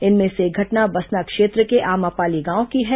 इनमें से एक घटना बसना क्षेत्र के आमापाली गांव की है